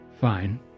fine